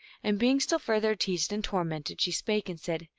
and being still further teased and tormented, she spake and said,